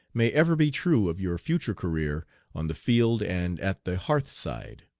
may ever be true of your future career on the field and at the hearth side,